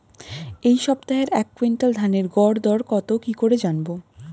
এই সপ্তাহের এক কুইন্টাল ধানের গর দর কত কি করে জানবো?